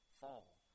fall